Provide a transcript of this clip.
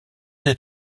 des